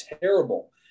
terrible